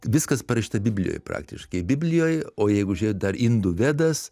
viskas parašyta biblijoj praktiškai biblijoj o jeigu žiūrėt dar indų vedas